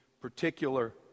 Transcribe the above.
particular